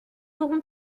aurons